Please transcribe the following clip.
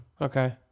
Okay